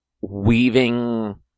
weaving